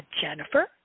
Jennifer